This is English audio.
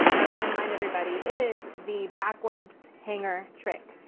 i want to remind everybody is the backwards hangar trick.